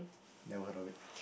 never heard of it